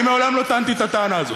אני מעולם לא טענתי את הטענה הזאת.